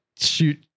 shoot